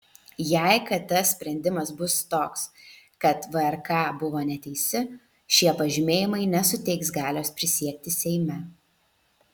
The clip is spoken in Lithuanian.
jei kt sprendimas bus toks kad vrk buvo neteisi šie pažymėjimai nesuteiks galios prisiekti seime